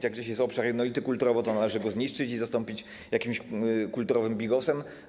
Jak gdzieś jest obszar jednolity kulturowo, to należy go zniszczyć i zastąpić jakimś kulturowym bigosem?